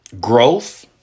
growth